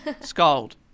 Scold